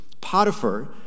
Potiphar